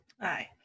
Aye